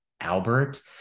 Albert